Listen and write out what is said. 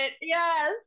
Yes